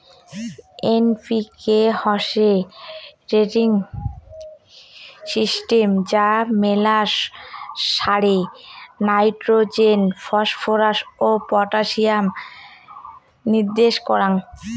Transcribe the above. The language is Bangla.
এন.পি.কে হসে রেটিং সিস্টেম যা মেলা সারে নাইট্রোজেন, ফসফরাস ও পটাসিয়ামের নির্দেশ কারাঙ